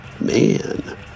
Man